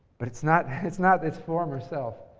but it's not its not its former self,